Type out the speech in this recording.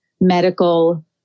medical